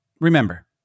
Remember